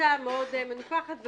נראתה מאוד מנופחת,